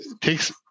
takes